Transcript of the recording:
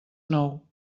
nou